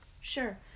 Sure